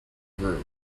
group